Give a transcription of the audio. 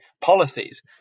policies